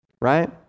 right